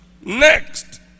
Next